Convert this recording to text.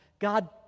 God